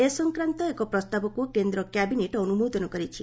ଏ ସଂକ୍ରାନ୍ତ ଏକ ପ୍ରସ୍ତାବକୁ କେନ୍ଦ୍ର କ୍ୟାବିନେଟ ଅନୁମୋଦନ କରିଛି